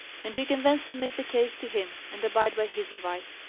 and you can then submit the case to him, and abide by his advice.